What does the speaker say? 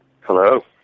Hello